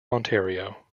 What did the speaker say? ontario